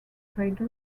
trade